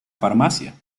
farmacia